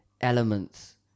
elements